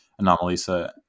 Anomalisa